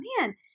man